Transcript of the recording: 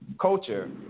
culture